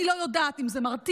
אני לא יודעת אם זה מרתיע.